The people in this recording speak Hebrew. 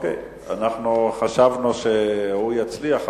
אצל יושב-ראש הוועדה.